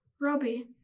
Robbie